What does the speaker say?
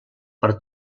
per